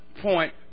point